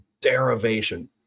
derivation